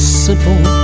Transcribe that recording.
simple